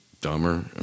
dumber